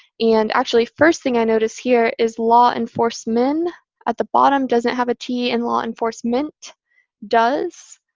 and actually, first thing i notice here is law enforcemen at the bottom doesn't have a t and law enforcement does.